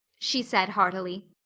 she said heartily.